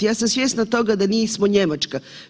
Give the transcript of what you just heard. Ja sam svjesna toga da nismo Njemačka.